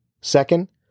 Second